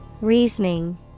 Reasoning